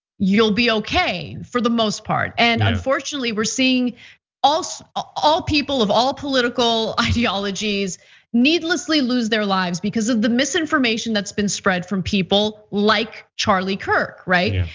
you'll be okay for the most part and yeah. unfortunately, we're seeing all so ah all people of all political ideologies needlessly lose their lives because of the misinformation that's been spread from people like charlie kirk, right? yeah.